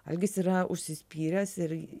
algis yra užsispyręs ir